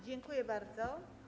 Dziękuję bardzo.